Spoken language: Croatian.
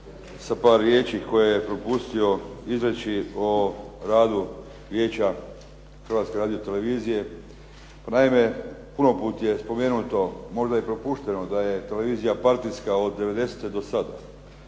sa par riječi koje je propustio izreći o radu Vijeća Hrvatske radiotelevizije. Pa naime, puno put je spomenuto, možda i propušteno da je televizija partijska od '90. do sada,